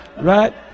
Right